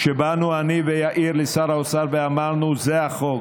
כשבאנו אני ויאיר לשר האוצר ואמרנו: זה החוק,